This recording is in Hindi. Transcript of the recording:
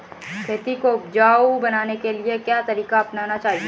खेती को उपजाऊ बनाने के लिए क्या तरीका अपनाना चाहिए?